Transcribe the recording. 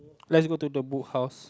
let's go to the Book House